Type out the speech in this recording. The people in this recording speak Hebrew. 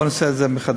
בואו ונעשה את זה מחדש.